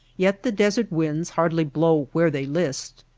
yet the desert winds hardly blow where they list.